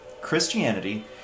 Christianity